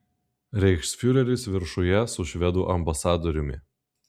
reichsfiureris viršuje su švedų ambasadoriumi